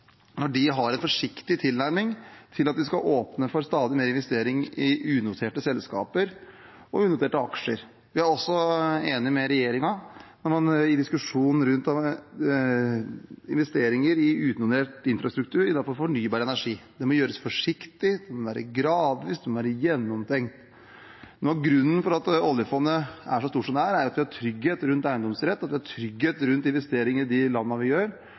når de har en forsiktig tilnærming til at vi skal åpne for stadig mer investering i unoterte selskaper og unoterte aksjer. Vi er også enige med regjeringen i diskusjonen rundt investeringer i unotert infrastruktur innenfor fornybar energi. Det må gjøres forsiktig, det må være gradvis, det må være gjennomtenkt. Noe av grunnen til at oljefondet er så stort som det er, er at det er trygghet rundt eiendomsrett, at det er trygghet rundt investeringer i de forskjellige landene. Jo flere unoterte selskaper vi